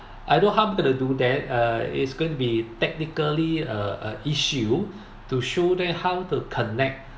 I've no harm to do that uh it's going to be technically uh uh issue to show them how to connect